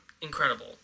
incredible